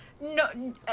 No